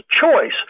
choice